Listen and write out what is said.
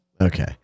okay